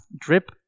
drip